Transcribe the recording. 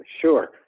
Sure